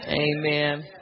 Amen